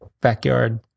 Backyard